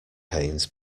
pains